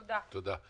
תודה.